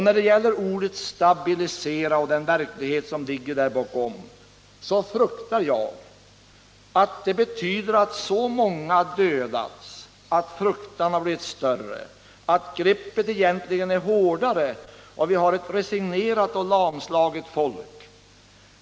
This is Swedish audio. När det gäller ordet stabilisering och den verklighet som ligger bakom fruktar jag att det betyder att många dödas, att fruktan har blivit större, att greppet egentligen är hårdare och att man har ett resignerat och lamslaget folk.